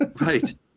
Right